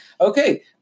Okay